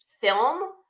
film